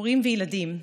הורים וילדים,